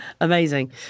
Amazing